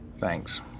Thanks